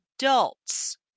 adults